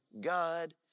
God